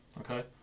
Okay